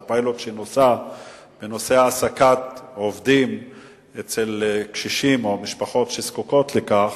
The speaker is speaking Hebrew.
והפיילוט שנוסה בנושא העסקת עובדים אצל קשישים או משפחות שזקוקות לכך,